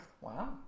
Wow